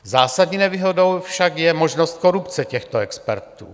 Zásadní nevýhodou však je možnost korupce těchto expertů.